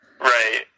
Right